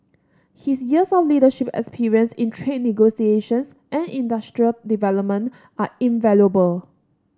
his years of leadership experience in trade negotiations and industrial development are invaluable